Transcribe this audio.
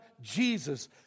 Jesus